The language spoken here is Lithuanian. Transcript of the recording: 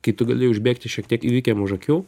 kai tu gali užbėgti šiek tiek įvykiam už akių